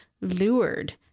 lured